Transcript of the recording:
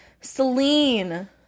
Celine